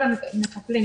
כל המטפלים,